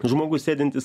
žmogus sėdintis